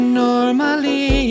normally